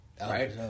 Right